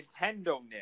Nintendo